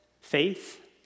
faith